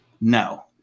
No